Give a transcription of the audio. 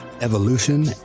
evolution